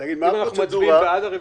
אם אנחנו מצביעים בעד הרוויזיה,